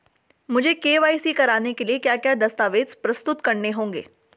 मुझे के.वाई.सी कराने के लिए क्या क्या दस्तावेज़ प्रस्तुत करने होंगे?